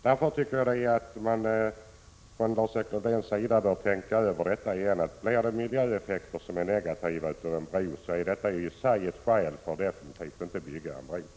Därför anser jag att Lars-Erik Lövdén bör tänka över detta igen — blir det negativa miljöeffekter av en bro är det i sig ett skäl för att definitivt inte bygga en bro.